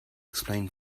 explain